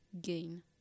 gain